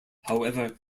however